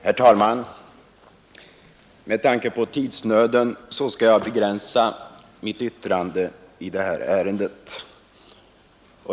Herr talman! Med tanke på tidsnöden skall jag begränsa mitt yttrande i detta ärende.